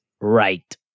Right